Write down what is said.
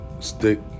Stick